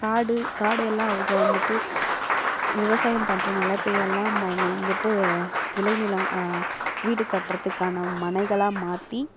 காடு காடு எல்லாம் அவங்க வந்துட்டு விவசாயம் பண்ணுற நிலத்தை எல்லாம் அவங்க வந்துட்டு விளை நிலம் வீடு கட்டுறதுக்கான மனைகளாக மாற்றி